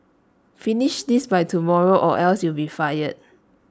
finish this by tomorrow or else you'll be fired